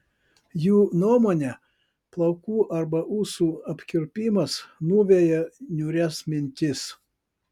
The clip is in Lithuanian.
jų nuomone plaukų arba ūsų apkirpimas nuveja niūrias mintis